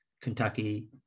Kentucky